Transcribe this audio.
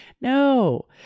No